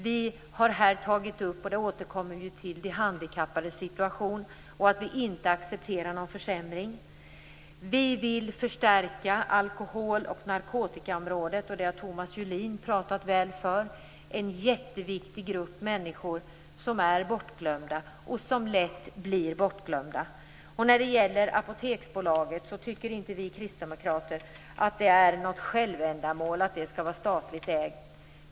Vi återkommer till de handikappades situation, där vi inte accepterar någon försämring. Vi vill förstärka det förebyggande arbetet inom alkohol och narkotikaområdet, vilket Thomas Julin har talat mycket väl för. Det gäller en jätteviktig grupp av människor som lätt blir bortglömd. Vi kristdemokrater tycker vidare inte att det är något självändamål att Apoteksbolaget skall vara statligt ägt.